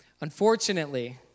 unfortunately